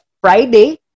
Friday